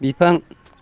बिफां